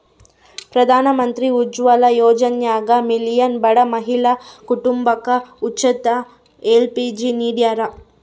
ಪ್ರಧಾನಮಂತ್ರಿ ಉಜ್ವಲ ಯೋಜನ್ಯಾಗ ಮಿಲಿಯನ್ ಬಡ ಮಹಿಳಾ ಕುಟುಂಬಕ ಉಚಿತ ಎಲ್.ಪಿ.ಜಿ ನಿಡ್ಯಾರ